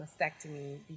mastectomy